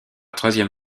troisième